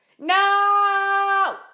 No